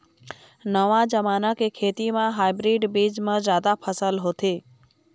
नवा जमाना के खेती म हाइब्रिड बीज म जादा फसल होथे